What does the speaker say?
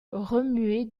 remuer